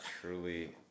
truly